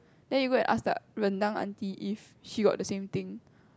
then you go and ask the rendang aunty if she got the same thing